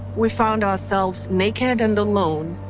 we found ourselves naked and alone,